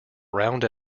round